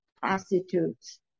prostitutes